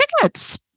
tickets